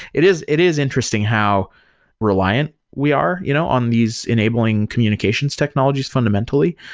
it is it is interesting how reliant we are you know on these enabling communications technologies fundamentally.